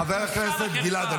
--- חבר הכנסת גלעד קריב,